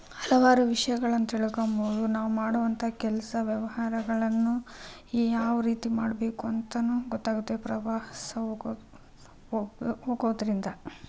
ಹಲವಾರು ವಿಷಯಗಳನ್ನು ತಿಳ್ಕೋಬೋದು ನಾವು ಮಾಡುವಂಥ ಕೆಲಸ ವ್ಯವಹಾರಗಳನ್ನೂ ಯಾವ ರೀತಿ ಮಾಡಬೇಕು ಅಂತನೂ ಗೊತ್ತಾಗುತ್ತೆ ಪ್ರವಾಸ ಹೋಗೋ ಹೋಗೋದರಿಂದ